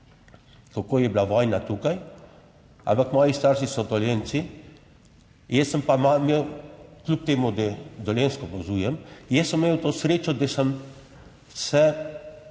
kako je bila vojna tukaj, ampak moji starši so Dolenjci, jaz sem pa imel kljub temu, da Dolenjsko opazujem, jaz sem imel to srečo, da sem se